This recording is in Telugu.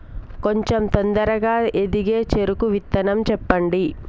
కొంచం తొందరగా ఎదిగే చెరుకు విత్తనం చెప్పండి?